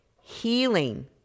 Healing